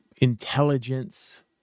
intelligence